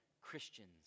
Christians